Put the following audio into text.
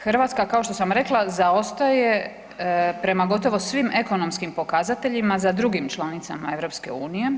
Hrvatska, kao što sam rekla, zaostaje prema gotovo svim ekonomskim pokazateljima za drugim članicama EU.